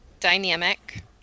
dynamic